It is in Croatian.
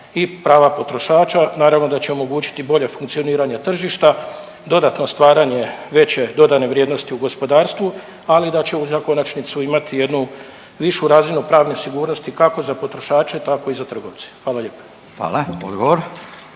i prava potrošača. Naravno da će omogućiti bolje funkcioniranje tržišta, dodatno stvaranje veće dodane vrijednosti u gospodarstvu, ali da će za konačnicu imati jednu višu razinu pravne sigurnosti kako za potrošače tako i za trgovce. Hvala lijepo. **Radin,